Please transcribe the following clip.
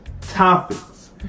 topics